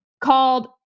called